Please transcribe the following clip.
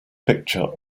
picture